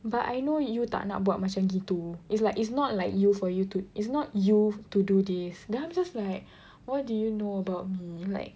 but I know you tak nak buat macam gitu is like it's not like you for you to it's not you to do this then I'm just like what do you know about me like